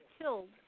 killed